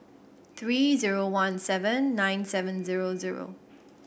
three zero one seven nine seven zero zero